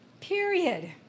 Period